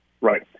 Right